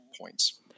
points